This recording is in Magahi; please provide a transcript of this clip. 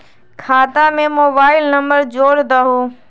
खाता में मोबाइल नंबर जोड़ दहु?